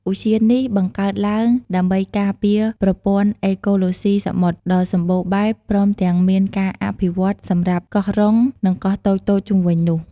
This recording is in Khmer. ឧទ្យាននេះ បង្កើតឡើងដើម្បីការពារប្រព័ន្ធអេកូឡូស៊ីសមុទ្រដ៏សម្បូរបែបព្រមទាំងមានការអភិវឌ្ឍសម្រាប់កោះរុង និងកោះតូចៗជុំវិញនោះ។